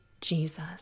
Jesus